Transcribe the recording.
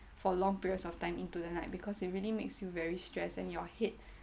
for long periods of time into the night because it really makes you very stress and your head